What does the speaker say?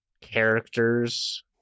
characters